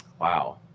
Wow